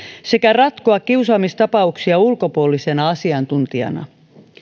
sekä ratkoa kiusaamistapauksia ulkopuolisena asiantuntijana